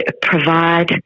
provide